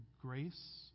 grace